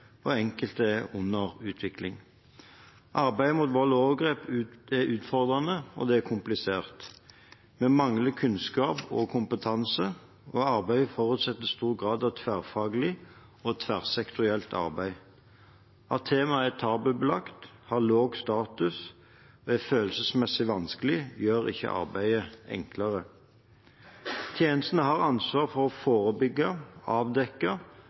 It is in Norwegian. og enkelte er under utvikling. Arbeidet mot vold og overgrep er utfordrende og komplisert. Vi mangler kunnskap og kompetanse, og arbeidet forutsetter stor grad av tverrfaglig og tverrsektorielt arbeid. At temaet er tabubelagt, har lav status og er følelsesmessig vanskelig, gjør ikke arbeidet enklere. Tjenestene har ansvar for å forebygge, avdekke